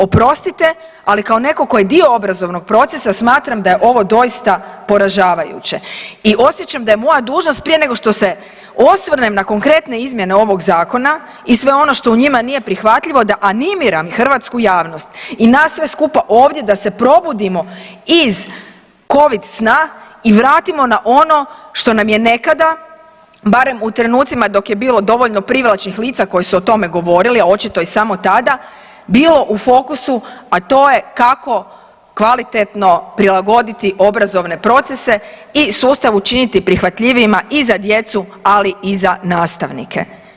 Oprostite, ali kao netko tko je dio obrazovnog procesa, smatram da je ovo doista poražavajuće i osjećam da je moja dužnost, prije nego što se osvrnem na konkretne izmjene ovog Zakona i sve ono što u njima nije prihvatljivo, da animiram hrvatsku javnost i nas sve skupa ovdje da se probudimo iz Covid sna i vratimo na ono što nam je nekada, barem u trenucima dok je bilo dovoljno privlačnih lica koji su o tome govorili, a očito i samo tada, bilo u fokusu, a to je kako kvalitetno prilagoditi obrazovne procese i sustav učiniti prihvatljivijima i za djecu, ali i za nastavnike.